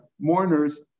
mourners